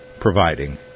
providing